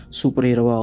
superhero